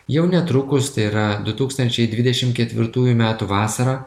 jau netrukus tai yra du tūkstančiai dvidešimt ketvirtųjų metų vasarą